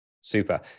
Super